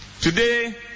Today